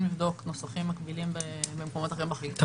לבדוק נוסחים מקבילים במקומות אחרים בחקיקה.